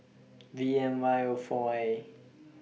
V M Y O four A